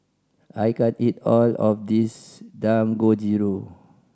I can't eat all of this Dangojiru